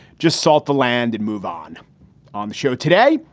just salt the land and move on on the show. today,